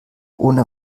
ohne